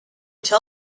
tell